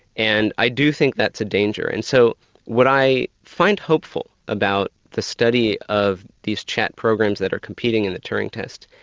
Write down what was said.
and i do think that's a danger, and so what i find hopeful about the study of these chat programs that are competing in the turing test,